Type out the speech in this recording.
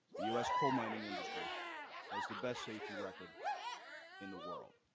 the u s. coal mining industry has the best safety record in the world.